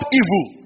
evil